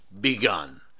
begun